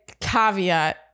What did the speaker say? caveat